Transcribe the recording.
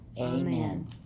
amen